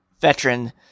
veteran